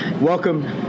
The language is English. welcome